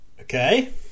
Okay